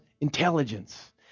intelligence